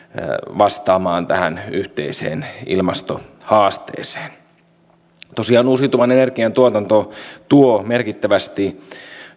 vastaamaan tähän yhteiseen ilmastohaasteeseen uusiutuvan energian tuotanto tuo tosiaan merkittävästi